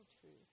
truth